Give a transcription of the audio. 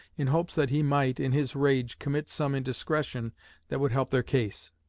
in hopes that he might, in his rage, commit some indiscretion that would help their case.